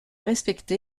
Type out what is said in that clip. respecté